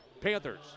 Panthers